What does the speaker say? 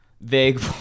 Vague